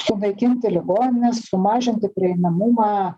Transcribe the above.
sunaikinti ligonines sumažinti prieinamumą